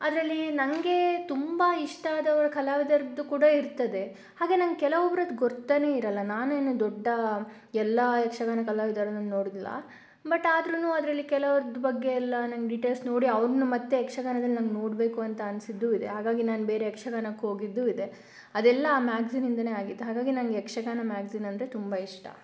ಅದರಲ್ಲಿ ನನಗೆ ತುಂಬ ಇಷ್ಟಾದ ಕಲಾವಿದರದ್ದು ಕೂಡ ಇರ್ತದೆ ಹಾಗೆ ನನಗೆ ಕೆಲವರದ್ದು ಗುರ್ತಾನೇ ಇರಲ್ಲ ನಾನೇನು ದೊಡ್ಡ ಎಲ್ಲ ಯಕ್ಷಗಾನ ಕಲಾವಿದರನ್ನು ನೋಡಿಲ್ಲ ಬಟ್ ಆದರೂನೂ ಅದರಲ್ಲಿ ಕೆಲವರ ಬಗ್ಗೆ ಎಲ್ಲ ನನಗೆ ಡೀಟೇಲ್ಸ್ ನೋಡಿ ಅವರನ್ನು ಮತ್ತೆ ಯಕ್ಷಗಾನದಲ್ಲಿ ನೋಡಬೇಕು ಅಂತ ಅನಿಸಿದ್ದು ಇದೆ ಹಾಗಾಗಿ ನಾನು ಬೇರೆ ಯಕ್ಷಗಾನಕ್ಕೆ ಹೋಗಿದ್ದು ಇದೆ ಅದೆಲ್ಲ ಆ ಮ್ಯಾಗಝೀನ್ನಿಂದಲೇ ಆಗಿದ್ದು ಹಾಗಾಗಿ ನನಗೆ ಯಕ್ಷಗಾನ ಮ್ಯಾಗಝೀನ್ ಅಂದರೆ ತುಂಬ ಇಷ್ಟ